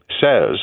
says